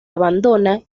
abandona